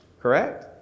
correct